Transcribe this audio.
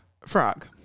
Frog